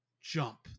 jump